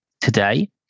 today